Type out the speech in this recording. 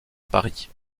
paris